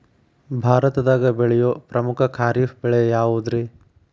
ಭಾರತದಾಗ ಬೆಳೆಯೋ ಪ್ರಮುಖ ಖಾರಿಫ್ ಬೆಳೆ ಯಾವುದ್ರೇ?